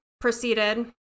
proceeded